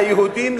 היהודים,